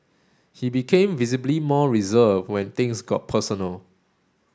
he became visibly more reserved when things got personal